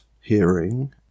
hearing